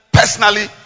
personally